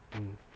mm